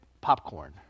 popcorn